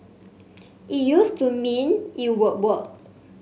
it used to mean it would work